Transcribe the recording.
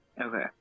Okay